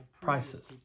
prices